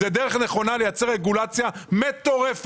זאת דרך נכונה לייצר רגולציה מטורפת